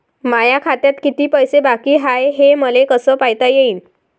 माया खात्यात किती पैसे बाकी हाय, हे मले कस पायता येईन?